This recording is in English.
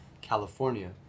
California